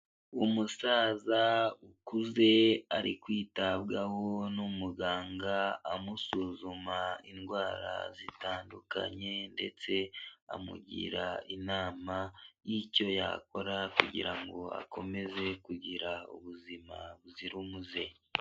Umusaza ukuze ari kwitabwaho n'umuganga amusuzuma indwara zitandukanye, ndetse amugira inama y'icyo yakora kugira ngo akomeze kugira ubuzima buzira umuze.